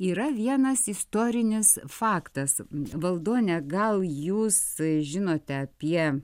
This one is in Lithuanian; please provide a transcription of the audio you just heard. yra vienas istorinis faktas valdone gal jūs žinote apie